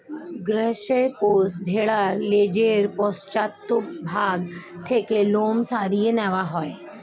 গৃহস্থ পোষ্য ভেড়ার লেজের পশ্চাৎ ভাগ থেকে লোম সরিয়ে নেওয়া হয়